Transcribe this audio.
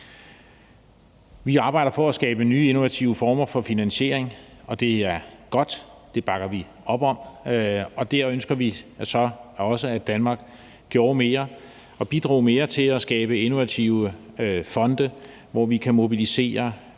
Vi arbejder for at skabe nye innovative former for finansiering, og det er godt. Det bakker vi op om. Der ønsker vi så også at Danmark gjorde mere og bidrog mere til at skabe innovative fonde, hvor vi kan mobilisere